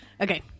Okay